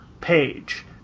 page